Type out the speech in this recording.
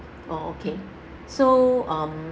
oh okay so um